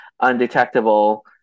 undetectable